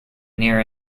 near